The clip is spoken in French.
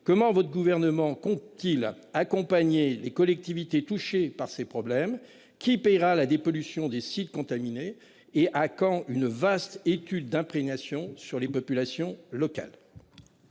comment votre gouvernement compte-t-il accompagner les collectivités touchées par ces problèmes. Qui paiera la dépollution des sites contaminés et à quand une vaste étude d'imprégnation sur les populations locales.